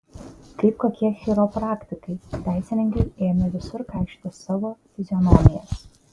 kaip kokie chiropraktikai teisininkai ėmė visur kaišioti savo fizionomijas